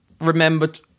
remembered